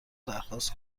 درخواست